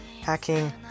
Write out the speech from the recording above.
hacking